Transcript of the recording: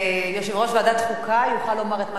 יושב-ראש ועדת חוקה יוכל לומר את מה